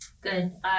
good